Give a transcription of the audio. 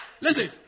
listen